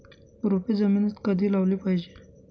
रोपे जमिनीत कधी लावली पाहिजे?